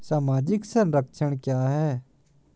सामाजिक संरक्षण क्या है?